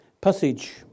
passage